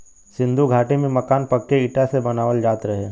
सिन्धु घाटी में मकान पक्के इटा से बनावल जात रहे